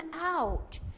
out